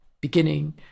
beginning